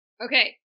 Okay